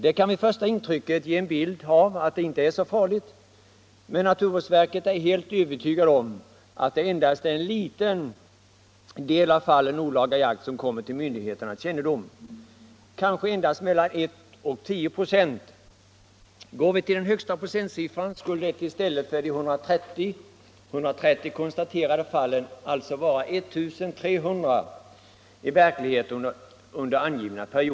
Den siffran kan ge ett intryck av att det inte är så farligt, men naturvårdsverket är helt övertygat om att det endast är en liten del av fallen med olaga jakt som kommer till myndigheternas kännedom — kanske endast mellan 1 och 10 96. Går vi på den högsta procentsiffran skulle det i stället för de 130 konstaterade fallen alltså vara 1 300 fall i verkligheten under angivna period.